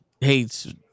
hates